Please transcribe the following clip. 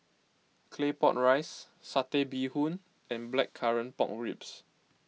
Claypot Rice Satay Bee Hoon and Blackcurrant Pork Ribs